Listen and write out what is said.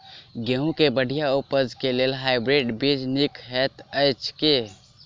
गेंहूँ केँ बढ़िया उपज केँ लेल हाइब्रिड बीज नीक हएत अछि की?